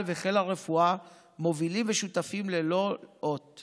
וחיל הרפואה מובילים ושותפים ללא לאות